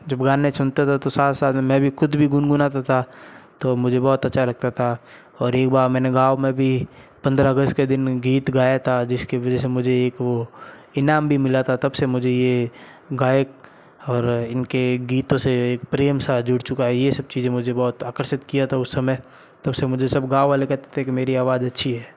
जब गाने सुनता था तो साथ में मै भी खुद भी गुन गुनाता था तो मुझे बहुत अच्छा लगता था और एक बार मैंने गाँव में भी पंद्रह अगस्त के दिन गीत गाया था जिसके वजह से मुझे एक वो इनाम भी मिला था तब से मुझे ये गायक और इनके गीतों से एक प्रेम सा जो उठ चुका है ये सब चीज़े मुझे बहुत आकर्षित किया था उस समय तब से मुझे सब गाँव वाले कहते थे कि मेरी आवाज अच्छी है